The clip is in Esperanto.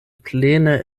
plene